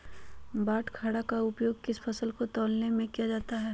बाटखरा का उपयोग किस फसल को तौलने में किया जाता है?